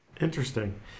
Interesting